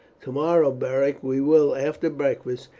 tomorrow, beric, we will, after breakfast,